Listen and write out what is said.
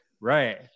Right